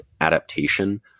adaptation